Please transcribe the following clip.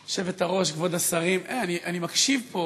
היושבת-ראש, כבוד השרים, אני מקשיב פה